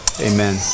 Amen